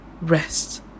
rest